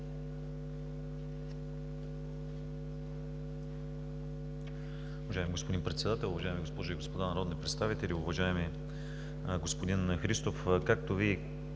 Уважаеми господин Председател, уважаеми госпожи и господа народни представители! Уважаеми господин Христов, както Вие